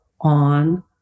on